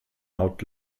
haut